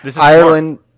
Ireland